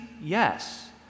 Yes